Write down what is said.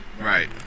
Right